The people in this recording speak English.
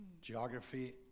geography